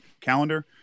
calendar